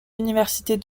universités